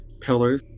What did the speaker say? pillars